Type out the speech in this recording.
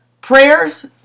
Prayers